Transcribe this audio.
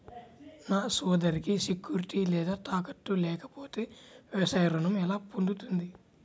నా సోదరికి సెక్యూరిటీ లేదా తాకట్టు లేకపోతే వ్యవసాయ రుణం ఎలా పొందుతుంది?